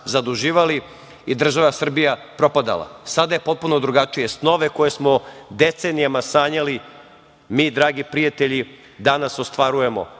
zaduživali i država Srbija propadala. Sada je potpuno drugačije. Snove koje smo decenijama sanjali, mi dragi prijatelji, danas ostvarujemo.